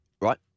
right